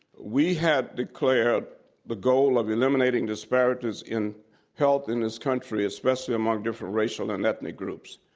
we have declared the goal of eliminating disparities in health in this country, especially among different racial and ethnic groups.